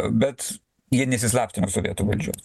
bet jie nesislapstė nuo sovietų valdžios